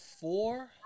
four